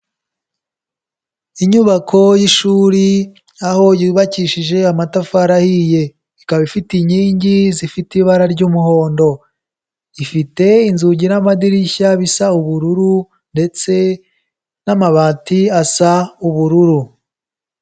Inyubako y'ishuri, aho yubakishije amatafari ahiye. Ikaba ifite inkingi zifite ibara ry'umuhondo. Ifite inzugi n'amadirishya bisa ubururu ndetse n'amabati asa ubururu.